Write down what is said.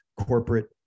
corporate